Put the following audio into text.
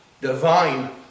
divine